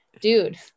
dude